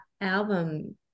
album